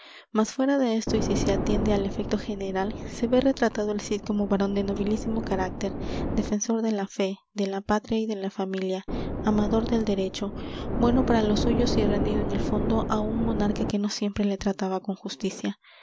mas fuera de esto y si se atiende al efecto general se ve retratado el cid como varón de nobilísimo carácter defensor de la fe de la patria y de la familia amador del derecho bueno para los suyos y rendido en el fondo á un monarca que no siempre le trataba con justicia